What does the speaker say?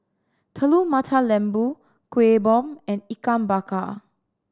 Telur Mata Lembu Kuih Bom and Ikan Bakar